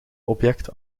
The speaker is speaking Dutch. object